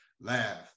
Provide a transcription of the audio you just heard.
laugh